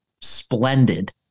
splendid